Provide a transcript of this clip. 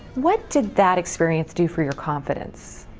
what did that experience do for your confidence?